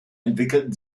entwickelten